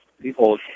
people